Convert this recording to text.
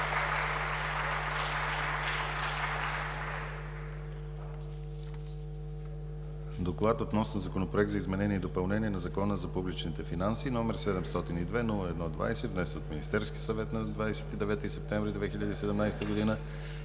Доклад относно Законопроект за изменение и допълнение на Закона за публичните финанси, № 702-01-20, внесен от Министерския съвет, на 29 септември 2017 г.